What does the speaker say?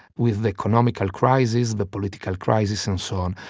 with the economical crisis, the political crisis and so on.